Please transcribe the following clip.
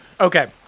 Okay